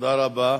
תודה רבה.